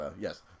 yes